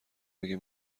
اگه